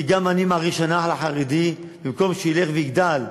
כי גם אני מעריך שהנח"ל החרדי, במקום שילך ויגדל,